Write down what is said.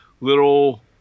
little